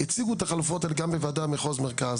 הם הציגו את החלופות האלה גם בוועדה מחוזית מחוז מרכז,